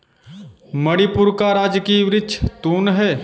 मणिपुर का राजकीय वृक्ष तून है